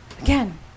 again